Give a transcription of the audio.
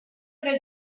del